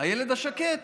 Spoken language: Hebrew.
הילד השקט.